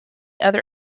other